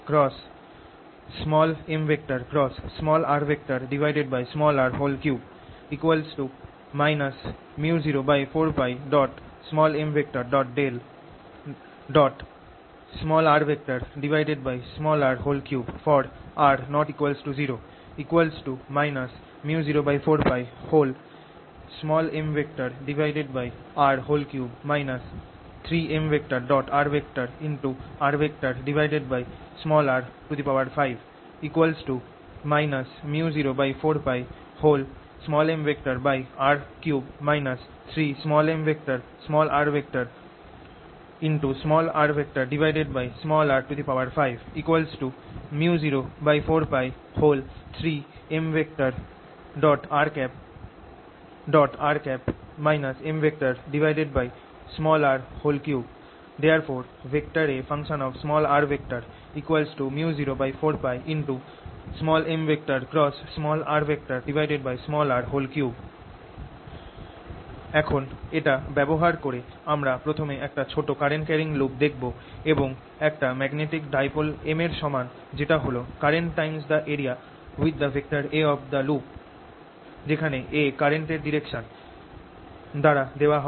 xA µ04πx µ04π m r ≠ 0 µ04πmr3 3mrrr5 µ04πmr3 3mrrr5 µ04π3mrr mr3 ∴A µ04π এখন এটা ব্যবহার করে আমরা প্রথমে একটা ছোট কারেন্ট ক্যারিং লুপ দেখবো এবং এটা একটা ম্যাগনেটিক ডাইপোল m এর সমান যেটা হল current times the area with the vector A of the loop যেখানে A কারেন্ট এর ডাইরেকশন দ্বারা দেওয়া হয়